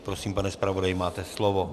Prosím, pane zpravodaji, máte slovo.